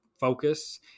focus